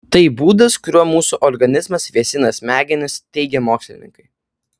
tai būdas kuriuo mūsų organizmas vėsina smegenis teigia mokslininkai